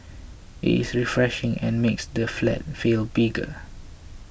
it is refreshing and makes the flat feel bigger